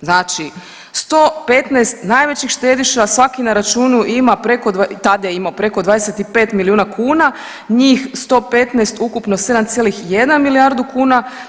Znači 115 najvećih štediša svaki na računu ima preko, tada je imao preko 25 milijuna kuna, njih 115 ukupno 7,1 milijardu kuna.